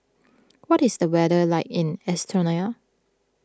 what is the weather like in Estonia